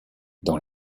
dans